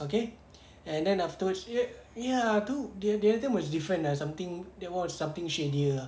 okay and then afterwards yup ya tu the the other time different something that was something shadier ah